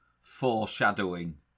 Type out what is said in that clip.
foreshadowing